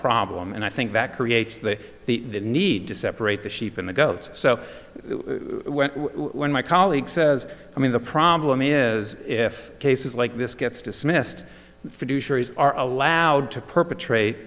problem and i think that creates the the need to separate the sheep in the goats so when my colleague says i mean the problem is if cases like this gets dismissed for are allowed to perpetrate